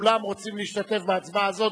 כולם רוצים להשתתף בהצבעה הזאת,